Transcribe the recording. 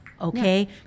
okay